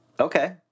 Okay